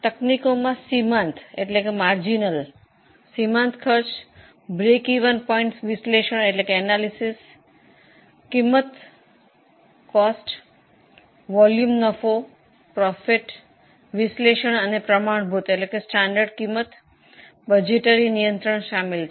તકનીકોમાં સીમાંત પડતર પદ્ધતિ સમતૂર બિંદુ વિશ્લેષણ પડતર જથ્થા નફા વિશ્લેષણ અને પ્રમાણ પડતર પદ્ધતિ અને બજેટરી નિયંત્રણ સામેલ છે